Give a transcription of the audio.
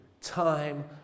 time